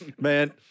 Man